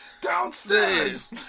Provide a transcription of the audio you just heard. downstairs